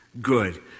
good